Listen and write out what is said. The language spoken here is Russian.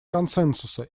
консенсуса